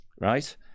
right